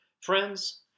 Friends